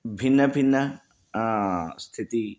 भिन्नभिन्ना स्थितिः